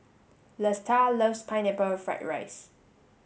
Lesta loves pineapple fried rice